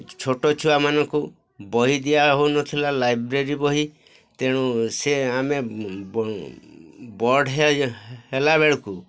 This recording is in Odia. ଛୋଟ ଛୁଆମାନଙ୍କୁ ବହି ଦିଆ ହଉନଥିଲା ଲାଇବ୍ରେରୀ ବହି ତେଣୁ ସେ ଆମେ ବର୍ଡ଼ ହେଲା ବେଳକୁ